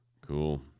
Cool